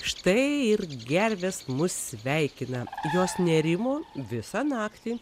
štai ir gervės mus sveikina jos nerimo visą naktį